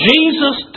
Jesus